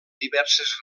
diverses